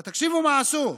אבל תקשיבו מה עשו: